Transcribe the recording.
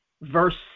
verse